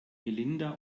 melinda